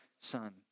son